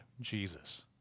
Jesus